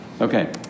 Okay